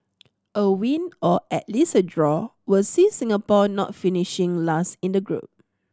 a win or at least a draw will see Singapore not finishing last in the group